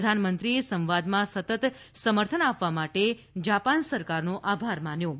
પ્રધાનમંત્રીએ સંવાદમાં સતત સમર્થન આપવા માટે જાપાન સરકારનો આભાર માન્યો હતો